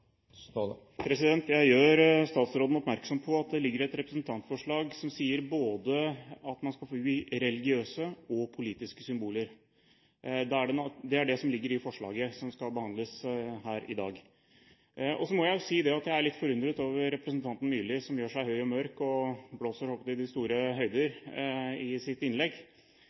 Jeg gjør statsråden oppmerksom på at det ligger et representantforslag her som sier at man skal forby både religiøse og politiske symboler. Det er det som ligger i forslaget som skal behandles her i dag. Så må jeg si at jeg er litt forundret over representanten Myrli som gjør seg høy og mørk og blåser